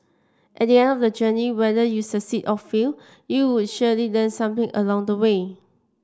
at the end of the journey whether you succeed or fail you would surely learn something along the way